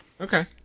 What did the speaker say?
Okay